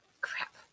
Crap